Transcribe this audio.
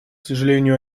сожалению